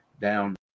down